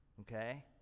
Okay